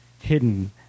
hidden